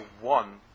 one